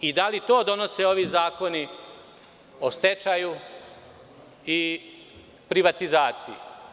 Da li to donose ovi zakoni o stečaju i privatizaciji?